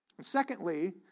Secondly